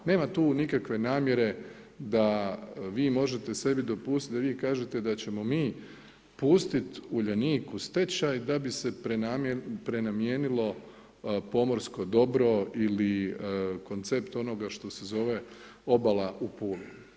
Nema tu nikakve namjere da vi možete sebi dopustiti da vi kažete da ćemo mi pustiti Uljanik u stečaj da bi se prenamijenilo pomorsko dobro ili koncept onoga što se zove obala u Puli.